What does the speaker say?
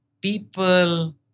People